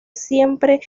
siempre